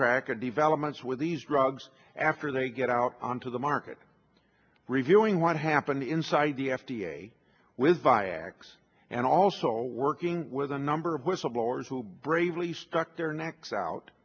track of developments with these drugs after they get out onto the market reviewing what happened inside the f d a with vioxx and also working with a number of whistleblowers who bravely stuck their necks out